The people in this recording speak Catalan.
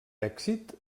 èxit